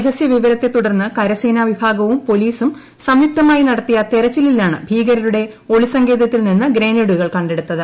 രഹസ്യവിവരത്തെ തുടർന്ന് കരസേനാ വിഭാഗവും പൊലീസും സംയുക്തമായി നടത്തിയ തെരച്ചിലിലാണ് ഭീകരരുടെ ഒളിസങ്കേതത്തിൽ നിന്ന് ഗ്രനൈഡുകൾ കണ്ടെടുത്തത്